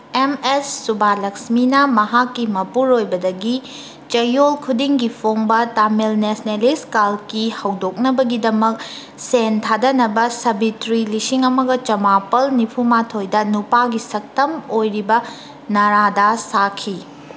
M S ꯁꯨꯕꯥꯂꯛꯁꯃꯤꯅ ꯃꯍꯥꯛꯀꯤ ꯃꯄꯨꯔꯣꯏꯕꯗꯒꯤ ꯆꯌꯣꯜ ꯈꯨꯗꯤꯡꯒꯤ ꯐꯣꯡꯕ ꯇꯥꯃꯤꯜ ꯅꯦꯁꯅꯦꯂꯤꯁ ꯀꯥꯜꯀꯤ ꯍꯧꯗꯣꯛꯅꯕꯒꯤꯗꯃꯛ ꯁꯦꯟ ꯊꯥꯗꯅꯕ ꯁꯥꯕꯤꯇ꯭ꯔꯤ ꯂꯤꯁꯤꯡ ꯑꯃꯒ ꯆꯃꯥꯄꯜ ꯅꯤꯐꯨ ꯃꯥꯊꯣꯏꯗ ꯅꯨꯄꯥꯒꯤ ꯁꯛꯇꯝ ꯑꯣꯏꯔꯤꯕ ꯅꯥꯔꯥ ꯗꯥꯁ ꯁꯥꯈꯤ